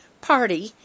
party